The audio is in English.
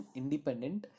independent